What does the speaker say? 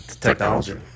Technology